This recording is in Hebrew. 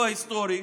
לא היסטורי,